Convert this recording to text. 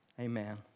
amen